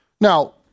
Now